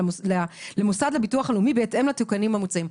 למוסד לביטוח לאומי בהתאם לתיקונים המוצעים.